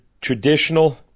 traditional